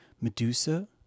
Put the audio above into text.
Medusa